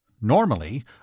normally